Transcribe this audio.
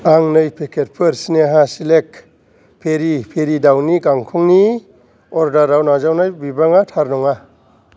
आं नै पेकेटफोर स्नेहा सिलेक्ट पेरि पेरि दावनि गांखंनिअर्डाराव नाजावनाय बिबाङा थार नङा